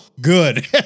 good